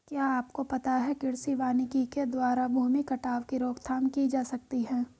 क्या आपको पता है कृषि वानिकी के द्वारा भूमि कटाव की रोकथाम की जा सकती है?